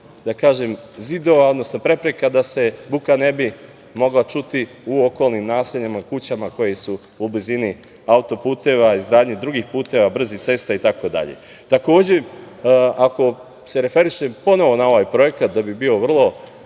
zvučnih zidova odnosno prepreka da se buka ne bi mogla čuti u okolnim naseljima, kućama, koje su u blizini auto-puteva, izgradnji drugih puteva, brzih cesta itd. Ako se referišem ponovo na ovaj projekat, da bih bio vrlo